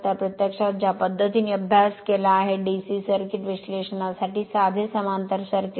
तर प्रत्यक्षात ज्या पद्धतीने अभ्यास केला आहे DC सर्किट विश्लेषणासाठी साधे समांतर सर्किट